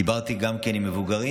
דיברתי גם כן עם מבוגרים.